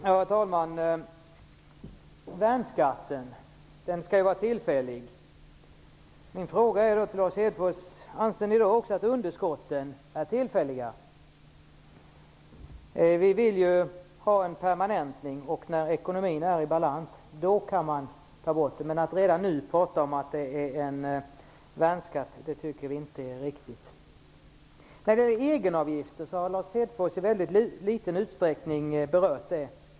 Herr talman! Värnskatten skall ju vara tillfällig. Min fråga är då till Lars Hedfors: Anser ni att också underskotten är tillfälliga? Vi vill ju ha en permanentning av skatten. När ekonomin är i balans kan man ta bort den, men att redan nu säga att värnskatten är tillfällig tycker vi inte är riktigt. Egenavgifterna har Lars Hedfors berört i väldigt liten utsträckning.